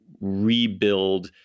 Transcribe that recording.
rebuild